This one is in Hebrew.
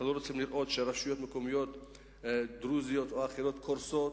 אנחנו לא רוצים לראות שרשויות מקומיות דרוזיות או אחרות קורסות